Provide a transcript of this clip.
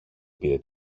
πήρε